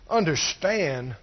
understand